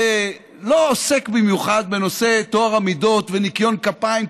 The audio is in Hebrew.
לא עוסק במיוחד בנושא טוהר המידות וניקיון כפיים,